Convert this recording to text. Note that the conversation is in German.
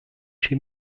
chi